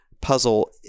puzzle